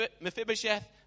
Mephibosheth